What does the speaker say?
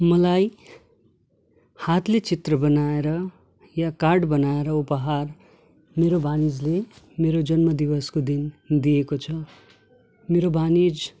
मलाई हातले चित्र बनाएर या कार्ड बनाएर उपहार मेरो भानिजले मेरो जन्मदिवसको दिन दिएको छ मेरो भानिज